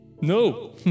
No